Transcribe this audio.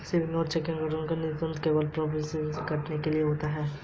savings और checking account number केवल एक प्रीफेसिंग नंबर से भिन्न होते हैं